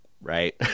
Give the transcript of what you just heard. right